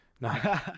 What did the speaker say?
No